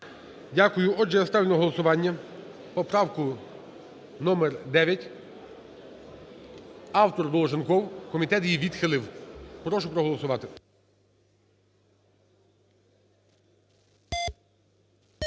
Дякую. Отже, я ставлю на голосування поправку номер 9 автор Долженков. Комітет її відхилив. Прошу проголосувати.